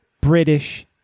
British